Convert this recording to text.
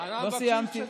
כבודו, סיימת את דבריך.